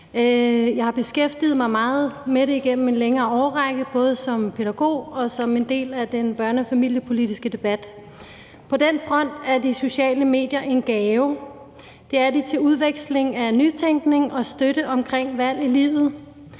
Jeg har beskæftiget mig meget med det igennem en længere årrække, både som pædagog og som en del af den børne- og familiepolitiske debat. På den front er de sociale medier en gave. Det er de til udveksling af nytænkning og til støtte omkring valg i livet.